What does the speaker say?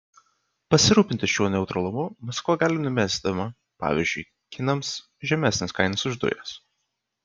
pasirūpinti šiuo neutralumu maskva gali numesdama pavyzdžiui kinams žemesnes kainas už dujas